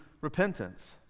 repentance